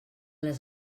les